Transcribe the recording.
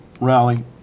Rally